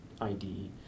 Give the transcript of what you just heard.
ID